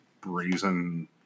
brazen